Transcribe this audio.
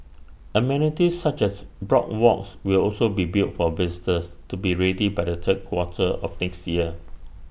amenities such as boardwalks will also be built for visitors to be ready by the third quarter of next year